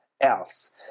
else